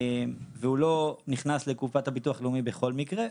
והוא לא נכנס לקופת הביטוח הלאומי בכל מקרה.